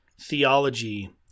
theology